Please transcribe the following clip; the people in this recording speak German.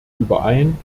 überein